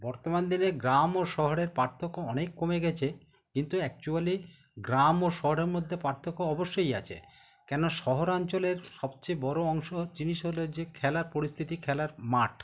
বর্তমান দিনে গ্রাম ও শহরের পার্থক্য অনেক কমে গেছে কিন্তু অ্যাকচুয়ালি গ্রাম ও শহরের মধ্যে পার্থক্য অবশ্যই আছে কেন শহরাঞ্চলের সবচেয়ে বড় অংশ জিনিস হলো যে খেলার পরিস্থিতি খেলার মাঠ